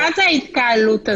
מה זה ההתקהלות הזאת?